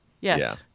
Yes